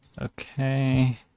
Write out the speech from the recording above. Okay